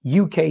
UK